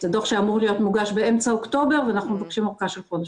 זה דוח שאמור להיות מוגש באמצע אוקטובר ואנחנו מבקשים אורכה של חודש.